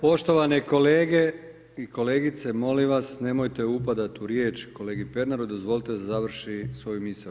Poštovane kolege i kolegice, molim vas, nemojte upadati u riječ kolegi Pernaru, dozvolite da završi svoju misao.